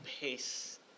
pace